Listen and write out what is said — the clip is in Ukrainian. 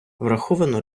враховано